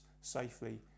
safely